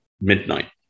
midnight